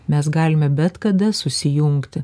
mes galime bet kada susijungti